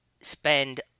spend